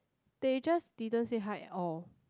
they just didn't say hi at all